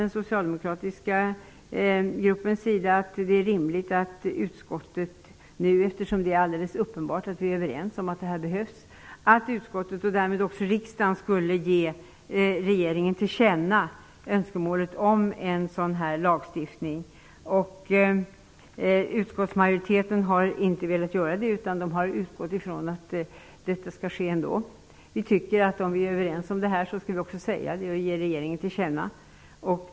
Den socialdemokratiska gruppen tycker att det är rimligt att utskottet och riksdagen ger regeringen önskemålet om en sådan lagstiftning till känna -- det är ju alldeles uppenbart att vi är överens om att en sådan behövs. Utskottsmajoriteten har inte velat detta. Man har utgått ifrån att det ändå blir så. Eftersom utskottet är överens tycker vi att man också skall ge regeringen det till känna.